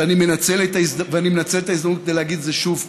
ואני מנצל את ההזדמנות כדי להגיד את זה שוב כאן: